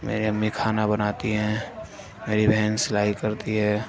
میری امی کھانا بناتی ہیں میری بہن سلائی کرتی ہے